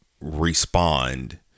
respond